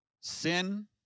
Sin